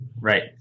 Right